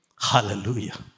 hallelujah